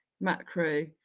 macro